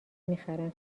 میخرم